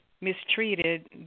mistreated